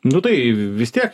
nu tai vis tiek